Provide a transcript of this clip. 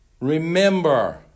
remember